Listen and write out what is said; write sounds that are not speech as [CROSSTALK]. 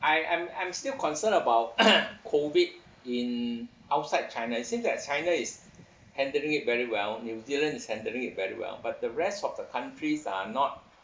I I'm I'm still concerned about [NOISE] COVID in outside china it seems that china is handling it very well new zealand is handling it very well but the rest of the countries are not